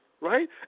right